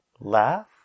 Laugh